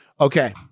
Okay